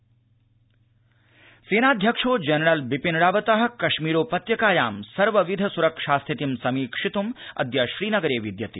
सेनाध्यक्ष रावत सेनाध्यक्षो जनरल बिपिन रावत कश्मीरोपत्यकायां सर्वविध स्रक्षा स्थितिं समीक्षितुम् अद्य श्रीनगरे विद्यते